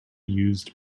used